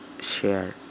share